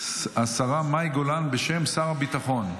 השרה מאי גולן, בשם שר הביטחון.